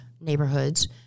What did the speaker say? neighborhoods